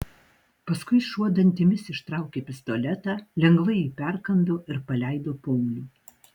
paskui šuo dantimis ištraukė pistoletą lengvai jį perkando ir paleido paulių